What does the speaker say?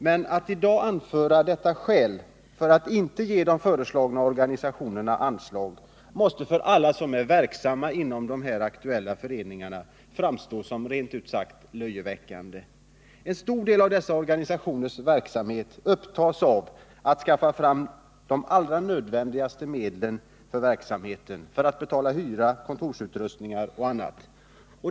Men att man i dag anför detta som skäl för att inte ge de föreslagna organisationerna anslag måste för alla som är verksamma inom de här föreningarna framstå som rent ut sagt löjeväckande. En stor del av dessa organisationers verksamhet består i att skaffa fram de nödvändigaste medlen för verksamheten — för att betala hyra, kontorsutrustning och annat.